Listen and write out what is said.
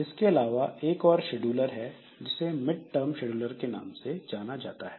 इनके अलावा एक और शेड्यूलर है जिसे मिड टर्म शेड्यूलर के नाम से जाना जाता है